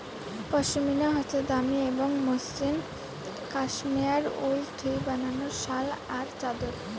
পশমিনা হসে দামি এবং মসৃণ কাশ্মেয়ার উল থুই বানানো শাল বা চাদর